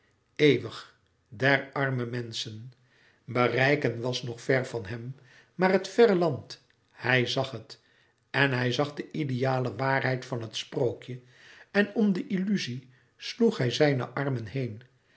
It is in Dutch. eeuwig der arme menschen bereiken was nog ver van hem maar het verre land hij zag het en hij zag de ideale waarheid van het sprookje en om de illuzie sloeg hij zijne armen heen